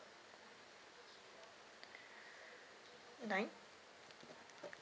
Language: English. nine